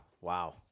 Wow